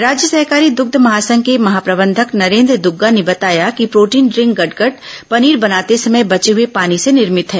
राज्य सहकारी दुग्ध महासंघ के महाप्रबंधक नरेन्द्र दुग्गा ने बताया कि प्रोटीन ड्रिंक गटगट पनीर बनाते समय बचे हुए पानी से निर्मित है